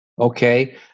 Okay